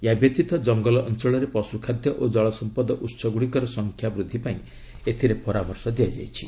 ଏହାବ୍ୟତୀତ ଜଙ୍ଗଲ ଅଞ୍ଚଳରେ ପଶୁଖାଦ୍ୟ ଓ ଜଳ ସମ୍ପଦ ଉହଗୁଡ଼ିକର ସଂଖ୍ୟା ବୃଦ୍ଧି ପାଇଁ ଏଥିରେ ପରାମର୍ଶ ଦିଆଯାଇଛି